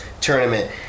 Tournament